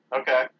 Okay